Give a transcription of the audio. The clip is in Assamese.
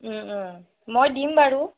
মই দিম বাৰু